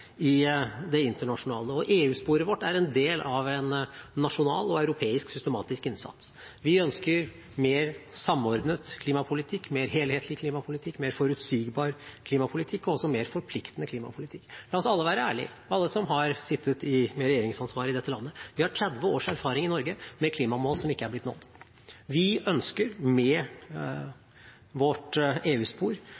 gjelder det internasjonale. EU-sporet vårt er en del av en nasjonal og europeisk systematisk innsats. Vi ønsker mer samordnet klimapolitikk, mer helhetlig klimapolitikk, mer forutsigbar klimapolitikk og mer forpliktende klimapolitikk. La oss alle være ærlige – alle som har sittet med regjeringsansvar i dette landet: Vi har 30 års erfaring i Norge med klimamål som ikke er nådd. Vi ønsker med